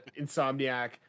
Insomniac